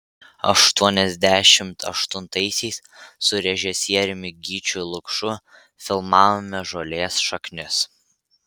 aštuoniasdešimt aštuntaisiais su režisieriumi gyčiu lukšu filmavome žolės šaknis